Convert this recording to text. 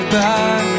back